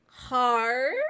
Hard